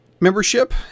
membership